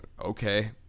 okay